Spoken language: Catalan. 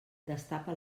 destapa